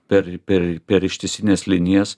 per per per ištisines linijas